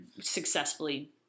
successfully